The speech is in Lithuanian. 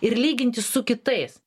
ir lyginti su kitais